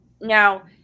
Now